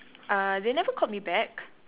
uh they never called me back